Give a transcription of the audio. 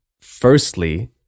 firstly